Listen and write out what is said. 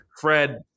Fred